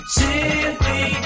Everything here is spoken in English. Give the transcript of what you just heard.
simply